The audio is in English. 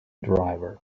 driver